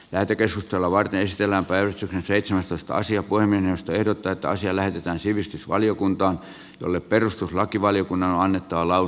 täytyy keskustella vai pysyvämpään seitsemästoista asia kuin minusta ehdotetaan siellä pitää sivistysvaliokuntaan jolle perustuslakivaliokunnan on annettava lausunto